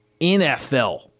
NFL